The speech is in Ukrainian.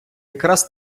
якраз